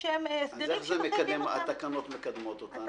הסדרים --- אז איך התקנות מקדמות אותנו?